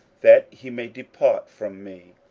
that he may depart from me.